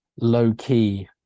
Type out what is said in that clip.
low-key